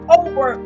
over